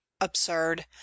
absurd